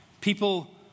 People